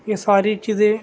یہ ساری چیزے